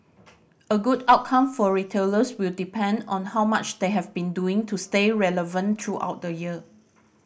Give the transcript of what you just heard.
a good outcome for retailers will depend on how much they have been doing to stay relevant throughout the year